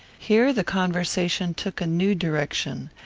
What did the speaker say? here the conversation took a new direction,